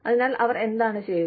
അതിനാൽ അവർ എന്താണ് ചെയ്യുക